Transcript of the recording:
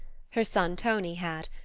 her son tonie had,